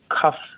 cuff